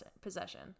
possession